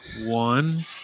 One